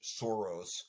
Soros